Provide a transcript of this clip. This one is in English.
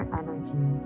energy